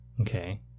Okay